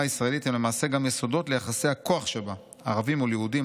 הישראלית הם למעשה גם יסודות ליחסי הכוח שבה: ערבים מול יהודים,